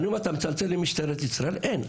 אתה מצלצל למשטרת ישראל אין.